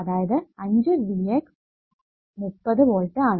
അതായത് 5 V x 30 volt ആണ്